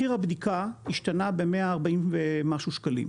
מחיר הבדיקה השתנה ב-140 ומשהו שקלים.